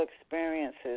experiences